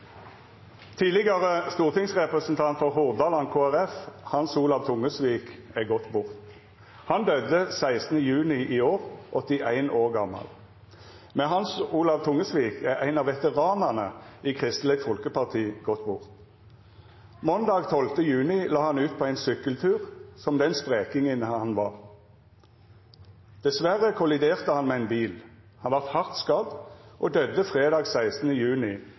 Tidlegare stortingsrepresentant for Hordaland Kristeleg Folkeparti, Hans Olav Tungesvik, er gått bort. Han døydde 16. juni i år, 81 år gamal. Med Hans Olav Tungesvik er ein av veteranane i Kristeleg Folkeparti gått bort. Måndag 12. juni la han ut på ein sykkeltur, som den sprekingen han var. Dessverre kolliderte han med ein bil. Han vart hardt skadd og døydde fredag 16. juni